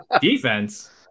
defense